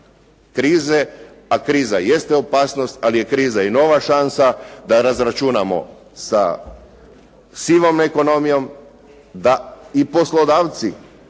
krize a kriza jeste opasnost ali je kriza i nova šansa da razračunamo sa sivom ekonomijom, da i poslodavci